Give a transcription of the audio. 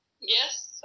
yes